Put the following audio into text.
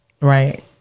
Right